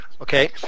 Okay